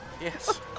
Yes